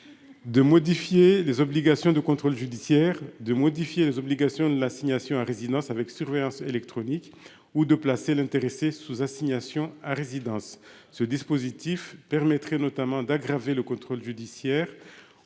de modifier les obligations du contrôle judiciaire et de l'assignation à résidence avec surveillance électronique, ou de placer l'intéressé sous assignation à résidence. Ce dispositif permettrait, notamment, d'aggraver le contrôle judiciaire